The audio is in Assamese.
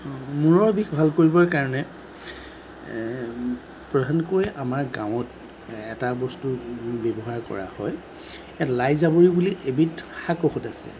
মূৰৰ বিষ ভাল কৰিবৰ কাৰণে প্ৰধানকৈ আমাৰ গাঁৱত এটা বস্তু ব্যৱহাৰ কৰা হয় লাই জাবৰি বুলি এবিধ শাক ঔষধ আছে